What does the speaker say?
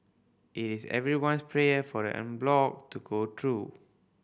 it is everyone's prayer for the en bloc to go through